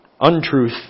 untruth